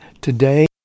today